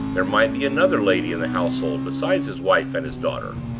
there might be another lady in the household besides his wife and his daughter.